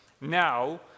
Now